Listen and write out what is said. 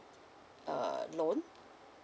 err loan